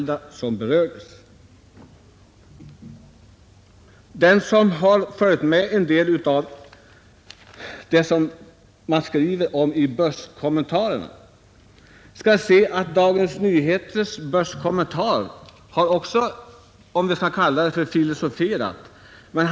Den som följt med vad som skrivits i börskommentarerna har sett att Dagens Nyheters börskommentator också har ”filosoferat” över detta.